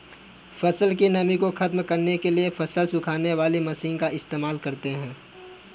फसल की नमी को ख़त्म करने के लिए फसल सुखाने वाली मशीन का इस्तेमाल करते हैं